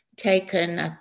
taken